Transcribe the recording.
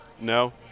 No